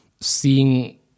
seeing